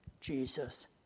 Jesus